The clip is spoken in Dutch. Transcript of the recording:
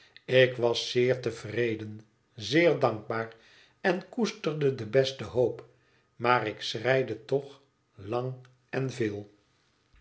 ik was zeer tevreden zeer dankbaar en koesterde de beste hoop maar ik schreide toch lang en veel